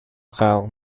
خلق